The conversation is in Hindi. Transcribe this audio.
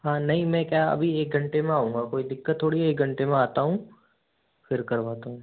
हाँ नहीं मैं क्या अभी एक घंटे में आऊंगा कोई दिक्कत थोड़ी है एक घंटे में आता हूँ फिर करवाता हूँ